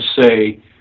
say